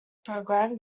program